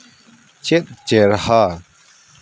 ᱪᱮᱫ ᱪᱮᱨᱦᱟ